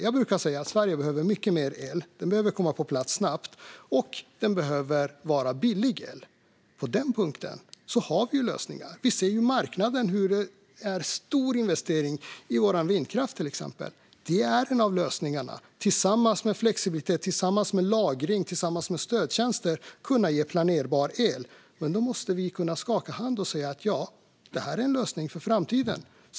Jag brukar säga att Sverige behöver mycket mer el, att den behöver komma på plats snabbt och att den behöver vara billig. På den punkten har vi lösningar. Vi ser ju till exempel på marknaden hur det görs stora investeringar i vår vindkraft. Tillsammans med flexibilitet, lagring och stödtjänster är det en av lösningarna för att kunna ge planerbar el. Men då måste vi kunna skaka hand och säga: Ja, det här är en lösning för framtiden.